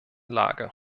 lage